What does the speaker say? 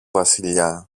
βασιλιά